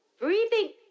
breathing